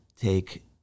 take